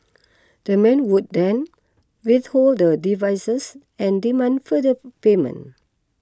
the man would then withhold the devices and demand further payment